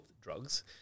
drugs